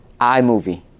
iMovie